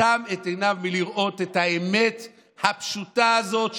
אטם את עיניו מלראות את האמת הפשוטה הזאת,